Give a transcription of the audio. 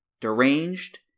Deranged